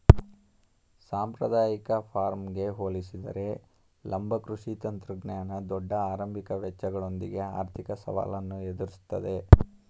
ಸಾಂಪ್ರದಾಯಿಕ ಫಾರ್ಮ್ಗೆ ಹೋಲಿಸಿದರೆ ಲಂಬ ಕೃಷಿ ತಂತ್ರಜ್ಞಾನ ದೊಡ್ಡ ಆರಂಭಿಕ ವೆಚ್ಚಗಳೊಂದಿಗೆ ಆರ್ಥಿಕ ಸವಾಲನ್ನು ಎದುರಿಸ್ತವೆ